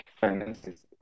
finances